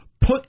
put